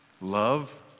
love